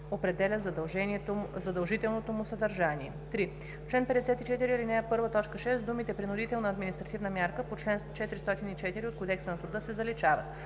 определя задължителното му съдържание“. 3. В чл. 54, в ал. 1, т. 6 думите „принудителна административна мярка по чл. 404 от Кодекса на труда“ се заличават.“